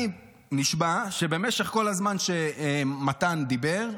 אני נשבע שבמשך כל הזמן שמתן דיבר,